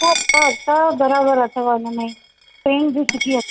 सभु सभु सभु बराबरि अथव उनमें फ्रेम बि सुठी आहे